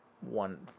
one